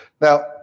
Now